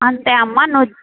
అంతే అమ్మ నువ్